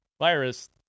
virus